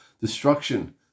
destruction